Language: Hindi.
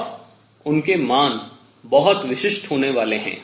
और उनके मान बहुत विशिष्ट होने वाले हैं